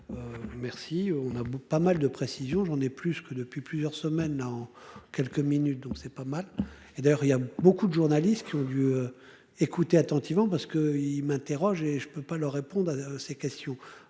Merci. On a pas mal de précision. J'en ai plus que depuis plusieurs semaines en quelques minutes donc c'est pas mal et d'ailleurs il y a beaucoup de journalistes qui ont lieu. Écouter attentivement parce que il m'interroge et je ne peux pas leur répondre à ces questions.